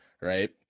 Right